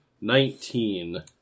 nineteen